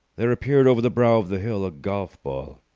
there appeared over the brow of the hill a golf-ball.